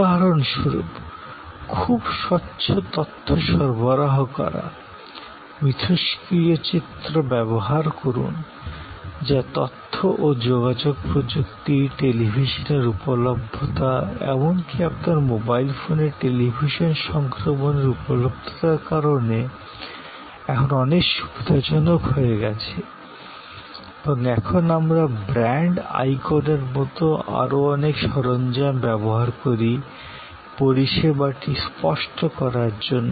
উদাহরণস্বরূপ খুব স্বচ্ছ তথ্য সরবরাহ করা ইন্টারেক্টিভ ছবি ব্যবহার করুন যা তথ্য ও যোগাযোগ প্রযুক্তি টেলিভিশনের উপলভ্যতা এমনকি আপনার মোবাইল ফোনে টেলিভিশন সংক্রমণের উপলব্ধতার কারণে এখন অনেক সুভিধাজনক হয় গেছে এবং এখন আমরা ব্র্যান্ড আইকনের মতো আরও অনেক সরঞ্জাম ব্যবহার করি পরিষেবাটি স্পষ্ট করার জন্য